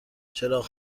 چراغ